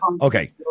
Okay